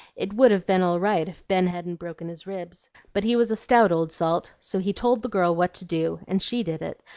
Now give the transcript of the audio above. it would have been all right if ben hadn't broken his ribs. but he was a stout old salt so he told the girl what to do, and she did it,